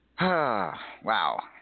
Wow